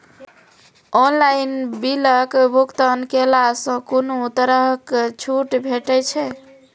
Online बिलक भुगतान केलासॅ कुनू तरहक छूट भेटै छै?